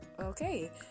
Okay